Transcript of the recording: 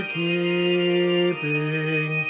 keeping